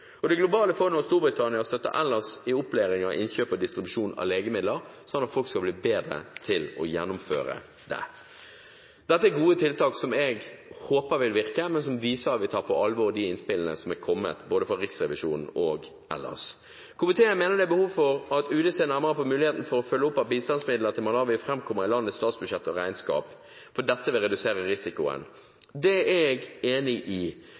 Det globale fondet og Storbritannia støtter ellers opplæringen av innkjøp og distribusjon av legemidler, sånn at folk skal bli bedre til å gjennomføre det. Dette er gode tiltak som jeg håper vil virke, og som viser at vi tar på alvor de innspillene som er kommet fra både Riksrevisjonen og andre. Komiteen mener det er behov for at UD ser nærmere på muligheten for å følge opp at bistandsmidler til Malawi framkommer i landets statsbudsjett og regnskap, fordi dette vil redusere risikoen for misligheter og korrupsjon. Det er jeg enig i.